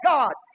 God